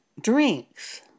drinks